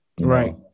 Right